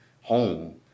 home